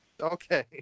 Okay